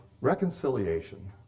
Reconciliation